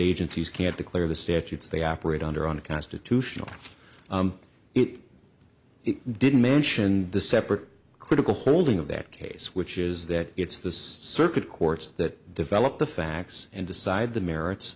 agencies can't declare the statutes they operate under unconstitutional it it didn't mention the separate critical holding of that case which is that it's this circuit courts that develop the facts and decide the merits